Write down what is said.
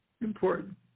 important